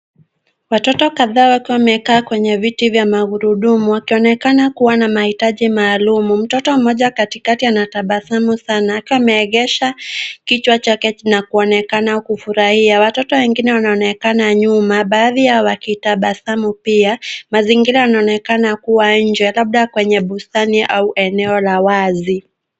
Watoto kadhaa wakiwa wamekaa kwenye viti vya magurudumu, wakionekana kuwa na mahitaji maalum. Mtoto mmoja katikati anatabasamu sana, akiwa ameegesha kichwa chake na kuonekana kufurahia. Watoto wengine wanaonekana nyuma, baadhi yao wakitabasamu pia. Mazingira yanaonekana kuwa nje, labda kwenye bustani au eneo la wazi.